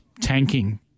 tanking